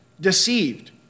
deceived